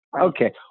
Okay